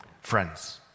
friends